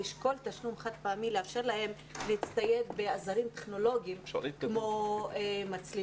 לשקול תשלום חד פעמי שיאפשר להם להצטייד בעזרים טכנולוגיים כמו מצלמה,